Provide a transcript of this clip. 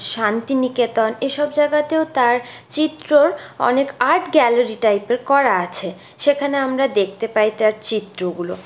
শান্তিনিকেতন এসব জায়গাতেও তার চিত্রর অনেক আর্ট গ্যালারি টাইপের করা আছে সেখানে আমরা দেখতে পাই তার চিত্রগুলো